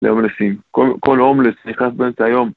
להומלסים כל הומלס נכנס באמצע היום.